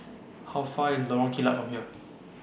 How Far IS Lorong Kilat from here